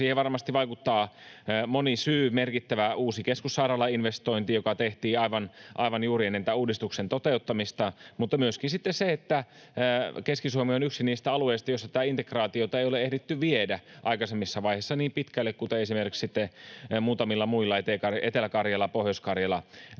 Siihen varmasti vaikuttaa moni syy: merkittävä uusi keskussairaalainvestointi, joka tehtiin juuri ennen tämän uudistuksen toteuttamista, mutta myöskin se, että Keski-Suomi on yksi niistä alueista, joilla tätä integraatiota ei ole ehditty viedä aikaisemmissa vaiheissa niin pitkälle kuin esimerkiksi muutamilla muilla, Etelä-Karjalassa, Pohjois-Karjalassa,